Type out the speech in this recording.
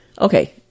Okay